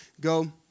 go